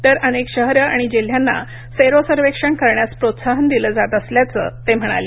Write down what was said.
तर अनेक शहरं आणि जिल्ह्यांना सेरो सर्वेक्षण करण्यास प्रोत्साहन दिलं जात असल्याचं ते म्हणाले